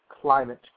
climate